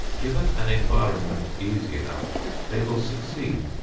given an environment easy enough they will succeed,